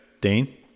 Dane